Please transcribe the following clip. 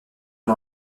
une